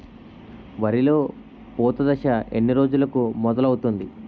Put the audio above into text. వరిలో పూత దశ ఎన్ని రోజులకు మొదలవుతుంది?